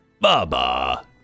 baba